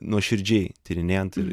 nuoširdžiai tyrinėjant ir